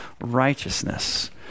righteousness